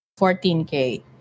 14K